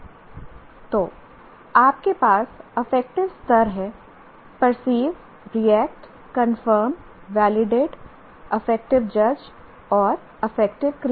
तो आपके पास अफेक्टिव स्तर हैं perceive react confirm validate affective जज और अफेक्टिव क्रिएट